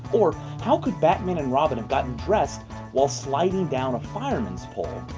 or how could batman and robin have gotten dressed while sliding down a fireman's pole?